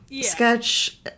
sketch